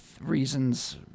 reasons